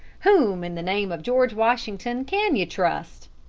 whom, in the name of george washington, can you trust?